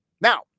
Now